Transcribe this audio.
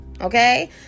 okay